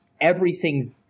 everything's